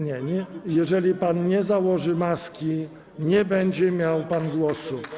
Nie, jeżeli pan nie założy maski, nie będzie miał pan głosu.